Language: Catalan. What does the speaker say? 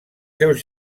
seus